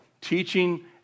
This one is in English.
Teaching